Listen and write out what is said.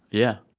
yeah.